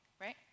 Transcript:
right